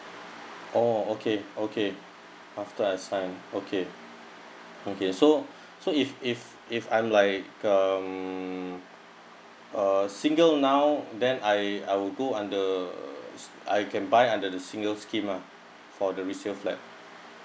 oh okay okay after I sign okay okay so so if if if I'm like um uh single now then I I will go under I can buy under the single scheme lah for the resale flat